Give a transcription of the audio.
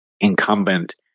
incumbent